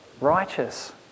righteous